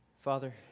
Father